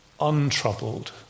Untroubled